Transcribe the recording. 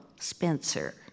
Spencer